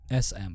SM